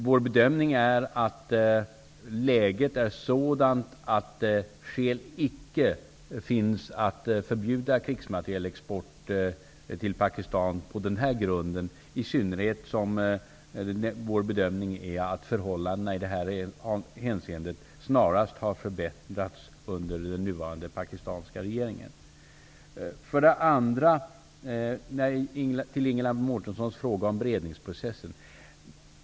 Vår bedömning är dock att läget är sådant att skäl att förbjuda krigsmaterielexport till Pakistan på den här grunden icke finns, i synnerhet som vår bedömning är att förhållandena i detta hänseende snarast har förbättrats under den nuvarande pakistanska regeringen. Jag vill svara på Ingela Mårtenssons fråga om beredningsprocessen.